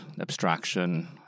abstraction